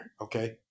Okay